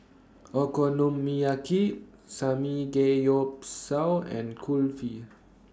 Okonomiyaki Samgeyopsal and Kulfi